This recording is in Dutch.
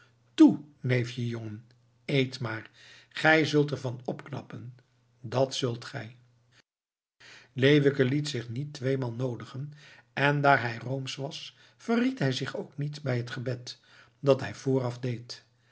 toe neefje jongen eet maar gij zult ervan opknappen dat zult gij leeuwke liet zich niet tweemaal noodigen en daar hij roomsch was verried hij zich ook niet bij het gebed dat hij vooraf deed